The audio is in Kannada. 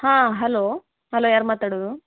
ಹಾಂ ಹಲೋ ಹಲೋ ಯಾರು ಮಾತಾಡುದು